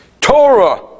Torah